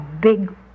big